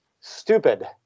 stupid